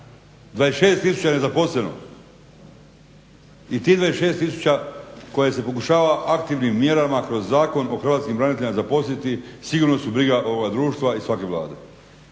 26000 je nezaposleno i tih 26000 koje se pokušava aktivnim mjerama kroz Zakon o hrvatskim braniteljima zaposliti sigurno su briga ovoga društva i svake Vlade.